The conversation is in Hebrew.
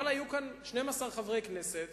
אבל היו כאן 12 חברי כנסת